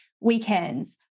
weekends